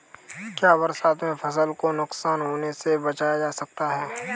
क्या बरसात में फसल को नुकसान होने से बचाया जा सकता है?